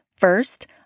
First